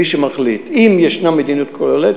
ומי שמחליט אם יש מדיניות כוללת,